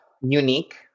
unique